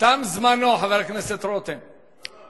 תם זמנו, חבר הכנסת רותם.